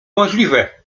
możliwe